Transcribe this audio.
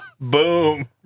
Boom